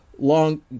Long